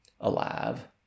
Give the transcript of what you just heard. alive